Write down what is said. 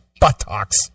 buttocks